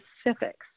specifics